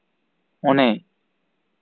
ᱚᱱᱮ